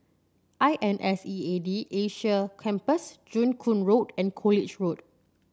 I N S E A D Asia Campus Joo Koon Road and College Road